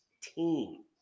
team